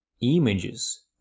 images